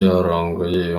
yarongoye